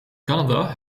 canada